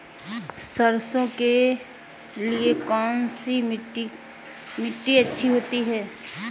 सरसो के लिए कौन सी मिट्टी अच्छी होती है?